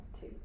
two